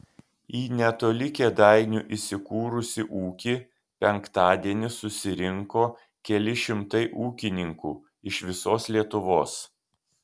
į netoli kėdainių įsikūrusį ūkį penktadienį susirinko keli šimtai ūkininkų iš visos lietuvos